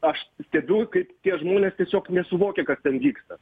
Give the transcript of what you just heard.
aš stebiu kaip tie žmonės tiesiog nesuvokia kas ten vyksta